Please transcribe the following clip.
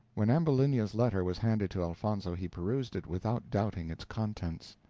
when ambulinia's letter was handed to elfonzo, he perused it without doubting its contents.